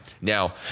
now